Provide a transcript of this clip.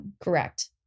Correct